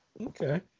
Okay